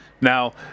Now